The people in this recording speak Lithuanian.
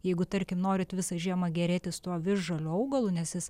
jeigu tarkim norit visą žiemą gėrėtis tuo visžaliu augalu nes jis